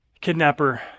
kidnapper